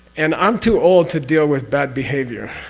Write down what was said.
and i'm too old to deal with bad behavior,